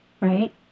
Right